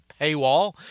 paywall